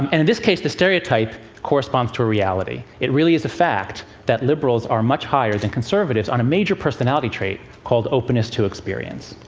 and this case, the stereotype corresponds to reality. it really is a fact that liberals are much higher than conservatives on a major personality trait called openness to experience.